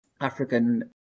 African